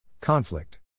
Conflict